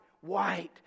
white